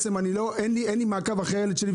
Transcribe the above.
אין לי מעקב אחרי הילד שלי.